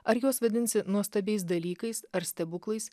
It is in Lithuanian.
ar juos vadinsi nuostabiais dalykais ar stebuklais